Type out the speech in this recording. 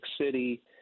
City